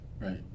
Right